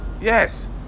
Yes